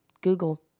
Google